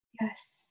Yes